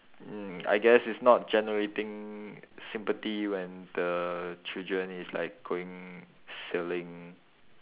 mm I guess it's not generating sympathy when the children is like going sailing